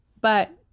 But-